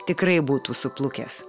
tikrai būtų suplukęs